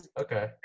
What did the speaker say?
okay